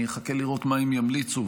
אני אחכה לראות מה הם ימליצו,